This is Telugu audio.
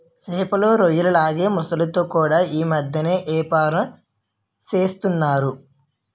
సేపలు, రొయ్యల్లాగే మొసల్లతో కూడా యీ మద్దెన ఏపారం సేస్తన్నారు